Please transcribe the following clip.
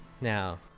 Now